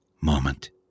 moment